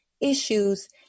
issues